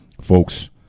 folks